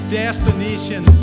destination